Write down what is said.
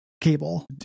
cable